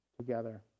together